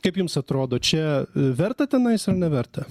kaip jums atrodo čia verta tenais ar neverta